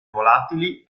volatili